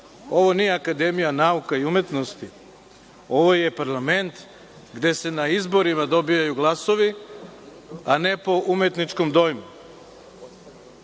ovo nije Akademija nauka i umetnosti, ovo je parlament gde se na izborima dobijaju glasovi, a ne po umetničkom dojmu. Meni